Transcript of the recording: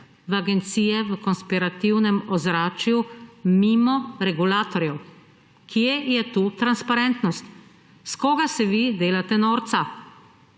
v agencije v konspirativnem ozračju mimo regulatorjev. Kje je tu transparentnost? Iz koga se vi delate norca?